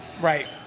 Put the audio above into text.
Right